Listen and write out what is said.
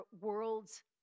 world's